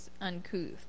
uncouth